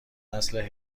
نسل